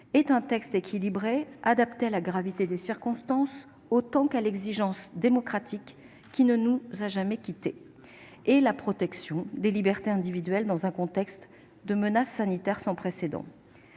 est un texte équilibré, adapté à la gravité des circonstances autant qu'à l'exigence démocratique qui ne nous a jamais quittés, ainsi qu'à la protection des libertés individuelles dans un contexte de menace sanitaire sans précédent.